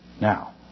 Now